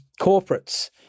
corporates